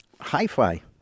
hi-fi